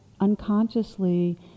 unconsciously